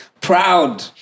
proud